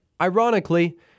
Ironically